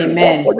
Amen